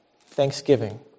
thanksgiving